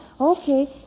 Okay